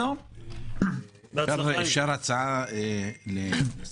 אפשר הצעה לסדר,